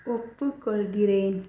ஒப்புக்கொள்கிறேன்